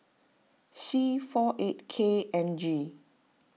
C four eight K N G